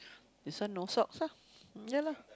this one no socks ah ya lah